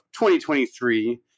2023